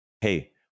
Hey